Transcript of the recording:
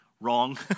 Wrong